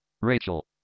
Rachel